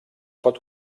pot